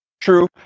true